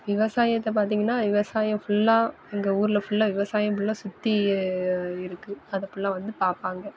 விவசாயத்தை பார்த்தீங்கன்னா விவசாயம் ஃபுல்லாக அங்கே ஊரில் ஃபுல்லாக விவசாயம் ஃபுல்லாக சுற்றி இருக்கு அதை ஃபுல்லாக வந்து பார்ப்பாங்க